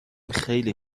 خیلی